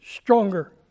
stronger